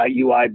UI